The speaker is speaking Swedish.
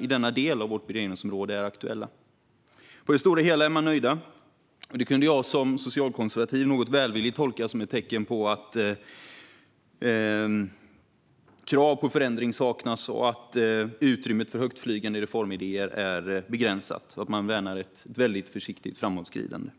i denna del av vårt beredningsområde. På det stora hela är man nöjd. Det kunde jag som socialkonservativ något välvilligt tolka som ett tecken på att krav på förändring saknas, att utrymmet för högtflygande reformidéer är begränsat och att man värnar ett väldigt försiktigt framåtskridande.